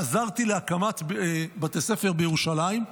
עזרתי בהקמת בתי ספר בירושלים.